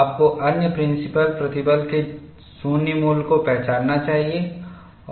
आपको अन्य प्रिंसिपल प्रतिबल के 0 मूल्य को पहचानना चाहिए